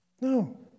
No